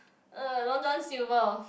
uh Long John Silver